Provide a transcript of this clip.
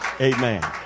Amen